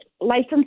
license